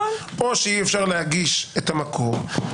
או שאי-אפשר להגיש את המקור,